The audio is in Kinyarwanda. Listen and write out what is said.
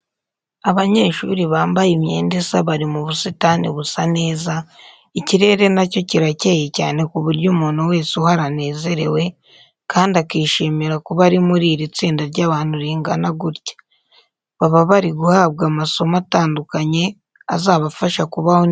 Abanyeshuri bambaye imyenda isa bari mu busitani busa neza, ikirere nacyo kirakeye cyane ku buryo umuntu wese uhari anezerewe kandi akishimira kuba ari muri iri tsinda ry'abantu ringana gutya. Baba bari guhabwa amasomo atandukanye azabafasha kubaho neza mu buzima bwabo.